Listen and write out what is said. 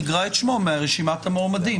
שיגרע את שמו מרשימת המועמדים.